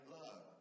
love